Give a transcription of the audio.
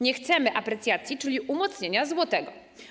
Nie chcemy aprecjacji, czyli umocnienia złotego.